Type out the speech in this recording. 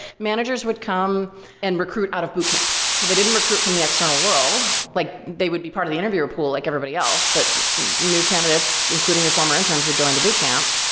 managers would come and recruit out of boot camp. they didn't recruit from the external world. like they would be part of the interviewer pool like everybody else, but new candidates including your former interns would go into boot camp.